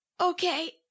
Okay